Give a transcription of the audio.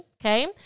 okay